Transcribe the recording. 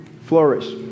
flourish